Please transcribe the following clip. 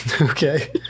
Okay